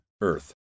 earth